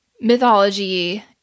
mythology